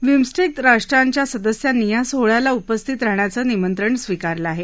BIMSTEC राष्ट्रांच्या सदस्यांनी या सोहळ्याला उपस्थित राहण्याचं निमंत्रण स्वीकारलं आहे